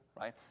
right